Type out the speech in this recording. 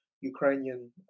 Ukrainian